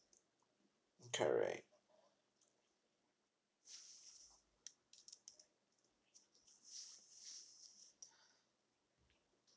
correct